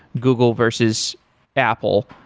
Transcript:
google versus apple.